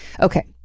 Okay